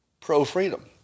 pro-freedom